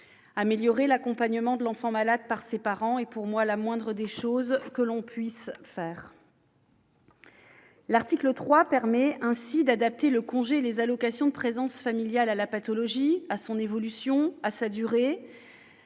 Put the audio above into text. Améliorer l'accompagnement de l'enfant malade par ses parents est pour moi la moindre des choses que l'on puisse faire. L'article 3 permet ainsi d'adapter le congé et les allocations de présence familiale à la pathologie, à son évolution et à sa durée,